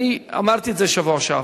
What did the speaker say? אמרתי את זה בשבוע שעבר,